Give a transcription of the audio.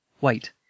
Wait